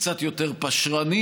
קצת יותר פשרנים,